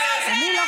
לא מקבל את זה.